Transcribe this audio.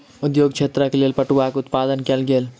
उद्योग क्षेत्रक लेल पटुआक उत्पादन कयल गेल